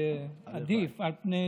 זה עדיף על פני